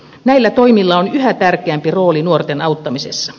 näillä toimilla on yhä tärkeämpi rooli nuorten auttamisessa